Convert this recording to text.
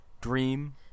dream